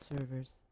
servers